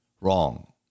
wrong